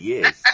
Yes